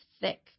thick